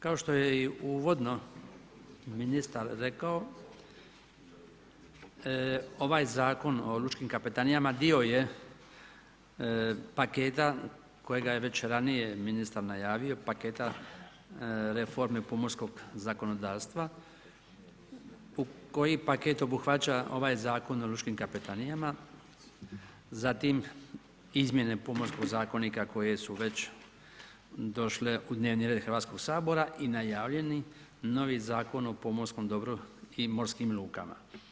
Kao što je i uvodno ministar rekao ovaj Zakon o lučkim kapetanijama dio je paketa kojega je već ranije ministar najavio, paketa reforme pomorskog zakonodavstva u koji paket obuhvaća ovaj Zakon o lučkim kapetanijama, zatim Izmjene Pomorskog zakonika koje su već došle u dnevni red Hrvatskog sabora i najavljeni novi Zakon o pomorskom dobru i morskim lukama.